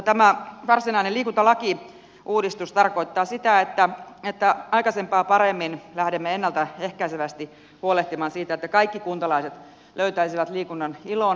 tämä varsinainen liikuntalakiuudistus tarkoittaa sitä että aikaisempaa paremmin lähdemme ennalta ehkäisevästi huolehtimaan siitä että kaikki kuntalaiset löytäisivät liikunnan ilon